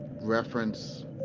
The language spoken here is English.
reference